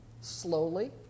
slowly